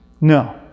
No